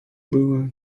była